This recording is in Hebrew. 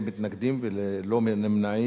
(הוצאה לפועל במסלול מקוצר),